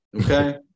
Okay